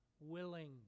willing